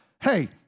Hey